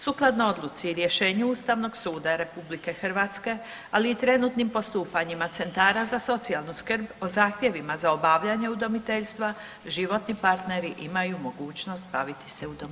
Sukladno odluci i rješenju Ustavnog suda RH, ali i trenutnim postupanjima centara za socijalnu skrb o zahtjevima za obavljanje udomiteljstva životni partneri imaju mogućnost baviti se udomiteljstvom.